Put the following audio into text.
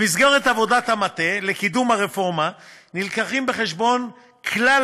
במסגרת עבודת המטה לקידום הרפורמה מובאים בחשבון כלל